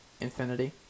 infinity